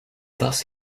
thus